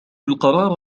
القرار